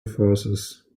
verses